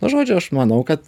nu žodžiu aš manau kad